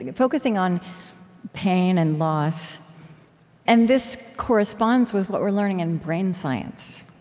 focusing on pain and loss and this corresponds with what we're learning in brain science